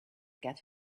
get